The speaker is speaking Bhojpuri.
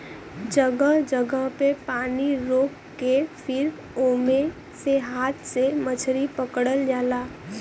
जगह जगह पे पानी रोक के फिर ओमे से हाथ से मछरी पकड़ल जाला